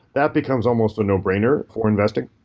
that becomes almost a no-brainer for investing.